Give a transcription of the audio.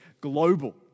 global